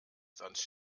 sonst